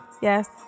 Yes